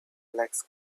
legs